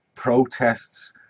protests